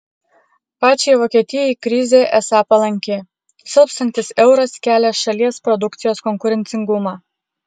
pačiai vokietijai krizė esą palanki silpstantis euras kelia šalies produkcijos konkurencingumą